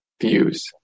views